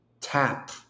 tap